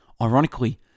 Ironically